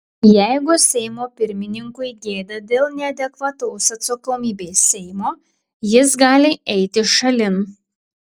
jeigu seimo pirmininkui gėda dėl neadekvataus atsakomybei seimo jis gali eiti šalin